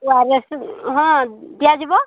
ଓ R S ହଁ ଦିଆଯିବ